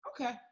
okay